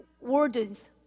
wardens